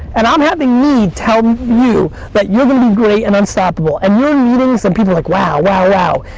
and i'm having me tell you that you're gonna be great and unstoppable, and you're meeting some people like, wow, wow, wow.